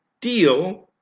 deal